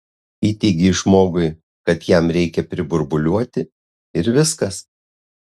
įteigei žmogui kad jam reikia priburbuliuoti ir viskas